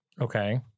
Okay